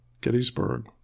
Gettysburg